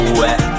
wet